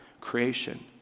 creation